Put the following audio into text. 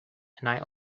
and